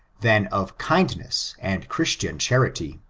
than of kindness and chris tian charity.